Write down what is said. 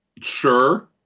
sure